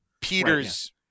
Peter's